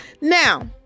now